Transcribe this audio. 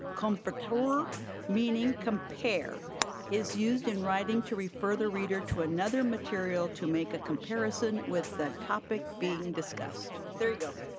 comforter meaning compare is used in writing to refer the reader to another material to make a comparison with the topic being discussed. there you go.